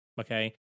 Okay